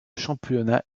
championnat